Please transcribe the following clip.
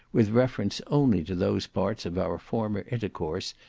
with reference only to those parts of our former intercourse,